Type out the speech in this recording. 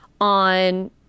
on